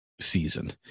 season